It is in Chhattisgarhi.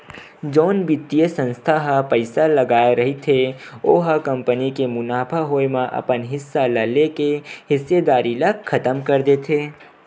जउन बित्तीय संस्था ह पइसा लगाय रहिथे ओ ह कंपनी के मुनाफा होए म अपन हिस्सा ल लेके हिस्सेदारी ल खतम कर देथे